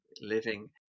living